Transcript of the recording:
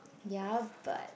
ya but